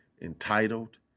entitled